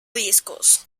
discos